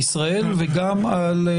אתה צודק, וטוב שאתה מתקן.